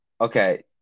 okay